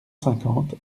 cinquante